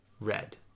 red